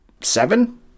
seven